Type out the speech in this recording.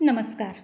नमस्कार